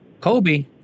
Kobe